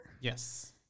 Yes